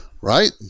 right